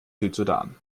südsudan